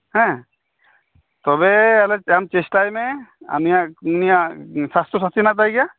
ᱦᱮᱸ ᱛᱚᱵᱮ ᱟᱞᱮ ᱟᱢ ᱪᱮᱥᱴᱟᱭ ᱢᱮ ᱩᱱᱤᱭᱟᱜ ᱩᱱᱤᱭᱟᱜ ᱥᱟᱥᱛᱷᱚ ᱥᱟᱛᱷᱤ ᱢᱮᱱᱟᱜ ᱛᱟᱭ ᱜᱮᱭᱟ